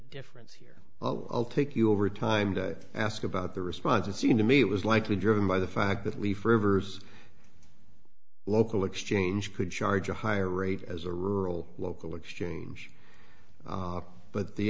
difference here well i'll take you over time to ask about the response it seemed to me it was likely driven by the fact that we forevers local exchange could charge a higher rate as a rural local exchange but the